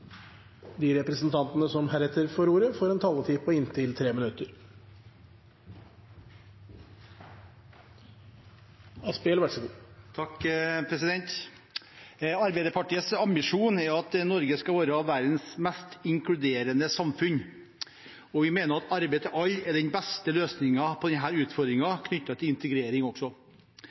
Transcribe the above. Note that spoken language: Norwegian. De talere som heretter får ordet, har en taletid på inntil 3 minutter. Arbeiderpartiets ambisjon er at Norge skal være verdens mest inkluderende samfunn, og vi mener at arbeid til alle er den beste løsningen på utfordringen knyttet til integrering også.